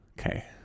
Okay